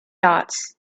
dots